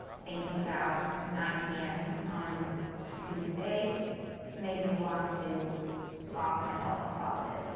thinking about nine p m. on tuesday makes me want to lock myself in a closet.